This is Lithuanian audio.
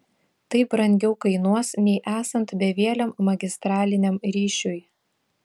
tai brangiau kainuos nei esant bevieliam magistraliniam ryšiui